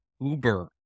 Uber